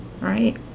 Right